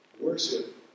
Worship